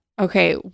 Okay